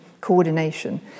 coordination